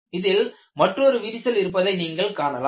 இதில் மற்றொரு விரிசல் இருப்பதை நீங்கள் காணலாம்